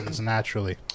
naturally